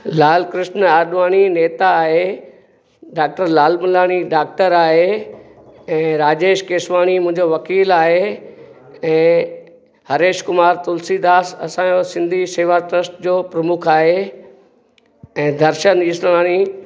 लाल कृष्न आडवाणी नेता आहे doctor Lal Gulani doctor आहे ऐं राजेश केसवाणी मुंहिंजो वकील आहे ऐं हरेश कुमार तुलसीदास असांजो सिंधी सेवा ट्र्स्ट जो प्रमुख आहे ऐं दर्शन इसराणी